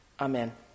Amen